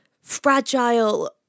fragile